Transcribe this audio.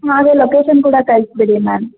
ಹಾಗೆ ಲೊಕೇಶನ್ ಕೂಡ ಕಳಿಸ್ಬಿಡಿ ಮ್ಯಾಮ್